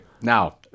now